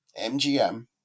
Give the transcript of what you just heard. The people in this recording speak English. MGM